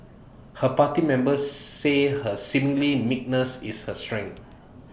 her party members say her seeming meekness is her strength